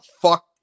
fuck